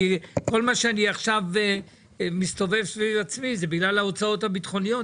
כל מה שאני עכשיו מסתובב סביב עצמי זה בגלל ההוצאות הביטחוניות,